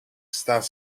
staan